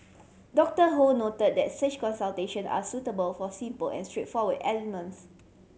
Doctor Ho noted that such consultation are suitable for simple and straightforward ailments